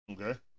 Okay